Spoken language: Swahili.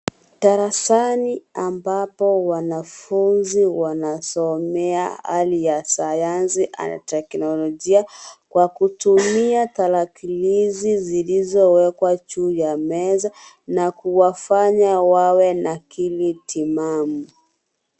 Darasani ambapo wanafunzi wanazomea hali ya sayansi na teknolojia. Kwa kutumia tarakilishi zilizowekwa juu ya meza. Na kuwafanya wawe na akili timamu.